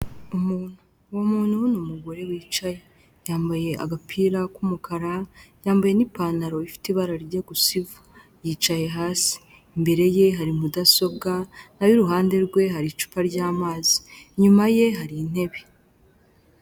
Umuntu uwo muntu ni umugore wicaye, yambaye agapira k'umukara yambaye n'ipantaro ifite ibara rijya gusa ivu yicaye hasi, imbere ye hari mudasobwa naho iruhande rwe hari icupa ry'amazi, inyuma ye hari intebe.